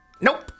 Nope